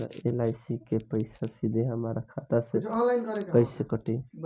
LIC के पईसा सीधे हमरा खाता से कइसे कटी?